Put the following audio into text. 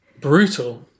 Brutal